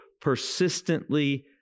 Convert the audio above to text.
persistently